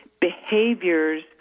behaviors